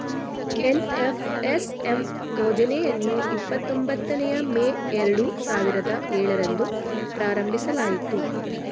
NFSM ಯೋಜನೆಯನ್ನು ಇಪ್ಪತೊಂಬತ್ತನೇಯ May ಎರಡು ಸಾವಿರದ ಏಳರಂದು ಪ್ರಾರಂಭಿಸಲಾಯಿತು